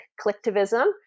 collectivism